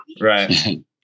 Right